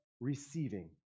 receiving